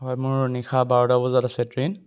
হয় মোৰ নিশা বাৰটা বজাত আছে ট্ৰেইন